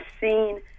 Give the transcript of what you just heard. seen